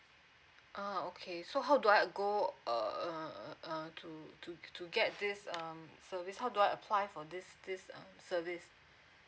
ah okay so how do I go uh uh to to to get this um so is how do I apply for this this um service